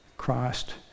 Christ